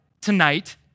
tonight